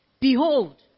Behold